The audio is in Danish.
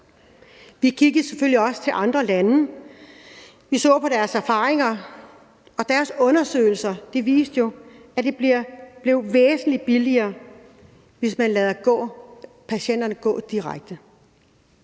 Vi kiggede selvfølgelig også til andre lande og så på deres erfaringer. Deres undersøgelser viste jo, at det bliver væsentlig billigere, hvis man lader patienterne få direkte